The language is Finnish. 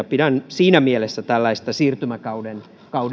pidän siinä mielessä tällaista siirtymäkauden